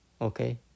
Okay